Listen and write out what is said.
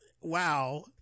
wow